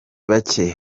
bake